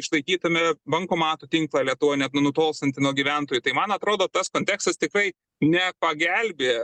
išlaikytume bankomatų tinklą lietuvoj net nenutolstantį nuo gyventojų tai man atrodo tas kontekstas tikrai nepagelbėja